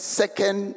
second